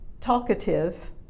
talkative